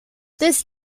this